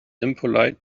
impolite